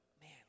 man